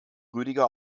rüdiger